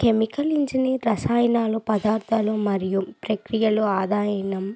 chemical engineer రసాయనాలు పదార్థాలు మరియు ప్రక్రియలు అధ్యయనం